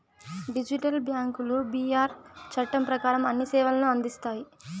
digital బ్యాంకులు BR చట్టం ప్రకారం అన్ని సేవలను అందిస్తాయి